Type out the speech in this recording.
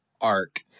arc